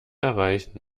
erreichen